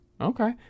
Okay